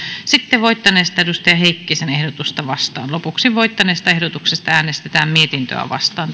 sitten voittaneesta hannakaisa heikkisen ehdotusta vastaan ja lopuksi voittaneesta ehdotuksesta mietintöä vastaan